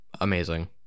amazing